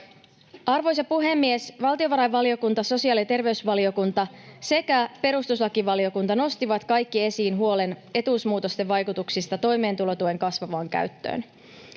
Arvoisa puhemies! Valtiovarainvaliokunta, sosiaali- ja terveysvaliokunta sekä perustuslakivaliokunta nostivat kaikki esiin huolen etuusmuutosten vaikutuksista toimeentulotuen kasvavaan käyttöön.